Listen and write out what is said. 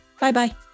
Bye-bye